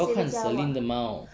我要看 celine 的猫